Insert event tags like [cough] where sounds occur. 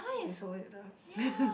they sold it ah [laughs]